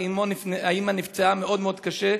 האימא נפצעה מאוד מאוד קשה,